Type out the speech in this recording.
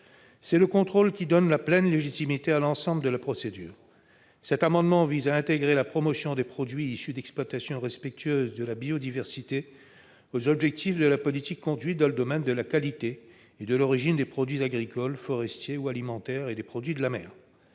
C'est ce contrôle qui donne sa pleine légitimité à l'ensemble de la procédure. Cet amendement tend à intégrer la promotion des produits issus d'exploitations respectueuses de la biodiversité parmi les objectifs de la politique conduite dans le domaine de la qualité et de l'origine des produits agricoles, forestiers ou alimentaires, et des produits de la mer.